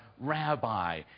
rabbi